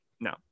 No